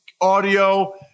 audio